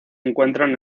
encuentran